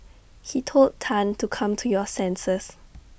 he told Tan to come to your senses